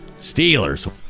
Steelers